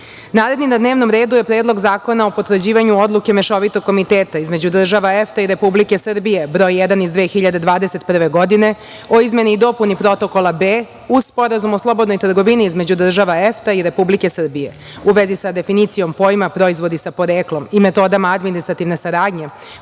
na dnevnom redu je Predlog zakona o potvrđivanju Odluke Mešovitog komiteta između država EFTA i Republike Srbije Broj 1 iz 2021. godine o izmeni i dopuni Protokola B, uz Sporazum o slobodnoj trgovini između država EFTA i Republike Srbije, u vezi sa definicijom pojma "proizvodi sa poreklom" i metodama administrativne saradnje,